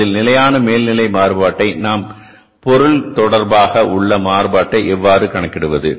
அதில் நிலையான மேல்நிலை மாறுபாட்டை நாம் பொருள் தொடர்பாக உள்ள மாறுபாட்டை எவ்வாறு கணக்கிடுவது